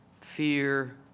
fear